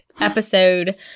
episode